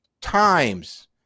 times